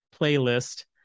playlist